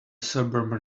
suburban